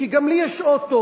כי גם לי יש אוטו,